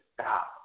stop